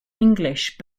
english